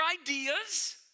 ideas